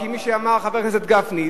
כפי שאמר חבר הכנסת גפני,